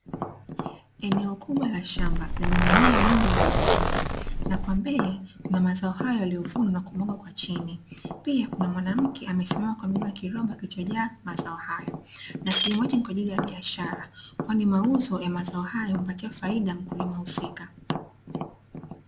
Eneo kubwa la shamba, lenye mimea mingi aina ya mahindi na kwa mbele kuna mazao hayo yaliyovunwa na kumwagwa kwa chini, pia kuna mwanamke amesimama amebeba kiroba kilichojaa mazao hayo na kilimo hiki ni kwa ajili ya biashara, kwani mauzo ya mazao hayo humpatia faida mkulima husika.